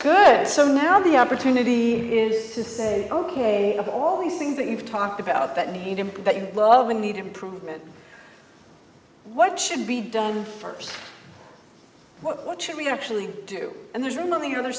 good so now the opportunity is to say ok of all the things that you've talked about that made him that you love need improvement what should be done first what should we actually do and there's room on the other